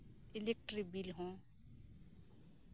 electric bill ᱦᱚᱸ